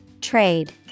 Trade